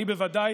אני בוודאי